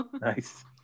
Nice